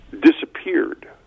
disappeared